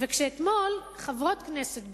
כשאתמול חברות כנסת,